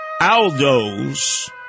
Aldo's